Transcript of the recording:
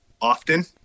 often